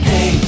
Hey